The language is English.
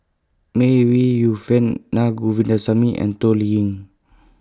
May Ooi Yu Fen Naa Govindasamy and Toh Liying